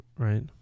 Right